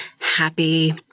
happy